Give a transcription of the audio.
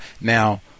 now